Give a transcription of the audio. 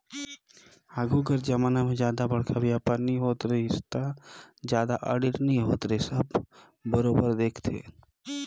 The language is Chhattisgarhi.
आघु कर जमाना में जादा बड़खा बयपार नी होवत रहिस ता जादा आडिट नी होत रिहिस अब बरोबर देखथे